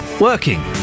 working